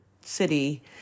city